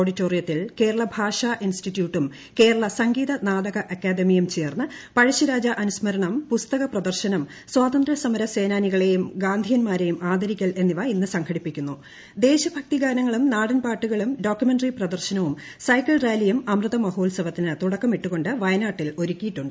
ഓഡിറ്റോറിയത്തിൽ കേരള ഭാഷാ ഇൻസ്റ്റിറ്റ്യൂട്ടും കേരള സംഗ്ലീത നാടക അക്കാദമിയും ചേർന്ന് പഴശ്ശിരാജ അനുസ്മരങ്ങളും പുസ്തകപ്രദർശനം സ്വാതന്ത്രൃസമരി സേനാനികളെയും ഗാന്ധിയന്മാരെയും ആദരിക്കൽ എന്നിവ ദേശഭക്തിഗാനങ്ങളും നാട്ൻപ്രാട്ടുകളും ഡോക്യുമെന്ററി പ്രദർശനവും സൈക്കിൾ ്ട് റിലിലും അമൃത മഹോത്സവത്തിന് തുടക്കമിട്ടുകൊണ്ട് വയന്നാട്ടിൽ ഒരുക്കിയിട്ടുണ്ട്